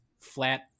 flat